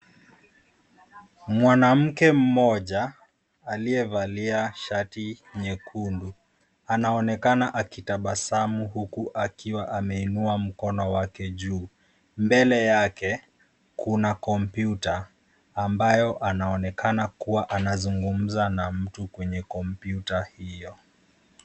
Mwanamke mmoja aliye valia shati nyekundu. Anaoneka akitabasamu huku akiwa ameinua mkono wake juu. Mbele yake kuna kompyuta ambayo anaonekana anazungumza na mtu kwenye kompyuta hiyo.